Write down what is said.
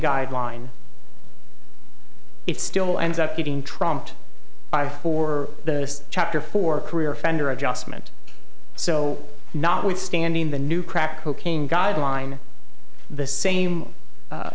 guideline it still ends up getting trumped by for the chapter for career offender adjustment so notwithstanding the new crack cocaine guideline the same